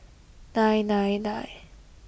nine nine nine